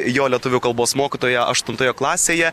kai jo lietuvių kalbos mokytoja aštuntoje klasėje